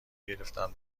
گرفتم